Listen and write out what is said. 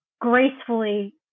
gracefully